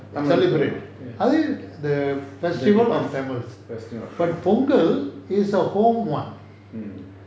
and celebrate the festival of but Pongal is a home [one]